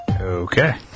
Okay